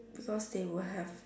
because they will have